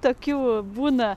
tokių būna